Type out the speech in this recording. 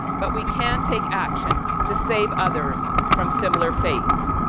but we can take action to save others from similar fates.